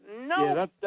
No